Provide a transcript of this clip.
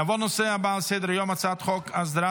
נעבור לנושא הבא על סדר-היום: הצעת חוק הסדרת